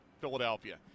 Philadelphia